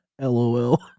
LOL